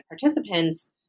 participants